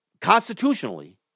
constitutionally